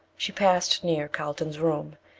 she passed near carlton's room,